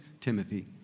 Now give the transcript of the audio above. Timothy